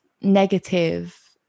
negative